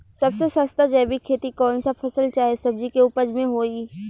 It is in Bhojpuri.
सबसे सस्ता जैविक खेती कौन सा फसल चाहे सब्जी के उपज मे होई?